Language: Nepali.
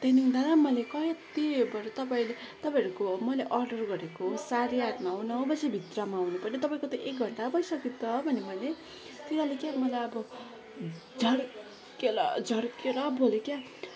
त्यहाँदेखि दादा मैले कति तपाईँ तपाईँहरूको मैले अर्डर गरेको साढे आठमा हो नौ बजीभित्रमा हुनुपर्ने हो तपाईँको त एक घण्टा भइसक्यो त भने मैले फेरि अनि मलाई अब झर्केर झर्केर बोल्यो क्या